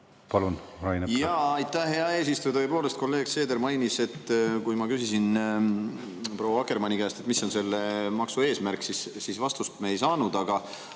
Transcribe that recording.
lastel läheb. Aitäh, hea eesistuja! Tõepoolest, kolleeg Seeder mainis, et kui ma küsisin proua Akkermanni käest, mis on selle maksu eesmärk, siis vastust me ei saanud. Ma